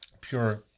pure